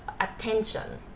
attention